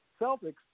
Celtics